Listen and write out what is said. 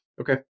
Okay